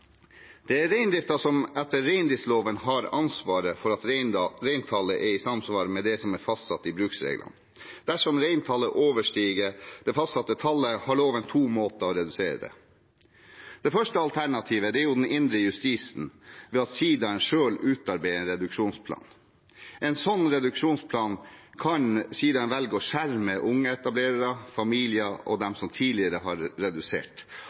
Det er reindriften som etter reindriftsloven har ansvaret for at reintallet er i samsvar med det som er fastsatt i bruksreglene. Dersom reintallet overstiger det fastsatte tallet, har loven to måter å redusere det på. Det første alternativet er den indre justisen, ved at sidaen selv utarbeider en reduksjonsplan. I en sånn reduksjonsplan kan sidaen velge å skjerme unge etablerere, familier og de som tidligere har redusert.